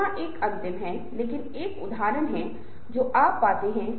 समूह में अन्य सदस्यों के लिए युगल या त्रिकट्रायड triads खुलने लगते हैं